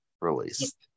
released